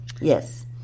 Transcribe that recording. yes